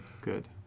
good